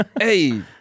hey